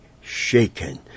shaken